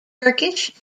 turkish